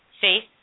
faith